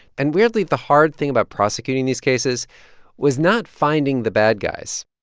and weirdly, the hard thing about prosecuting these cases was not finding the bad guys.